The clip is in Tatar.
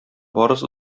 барысы